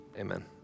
Amen